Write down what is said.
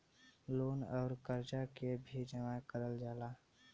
loan अउर करजा के भी जमा करल जाला